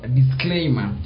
disclaimer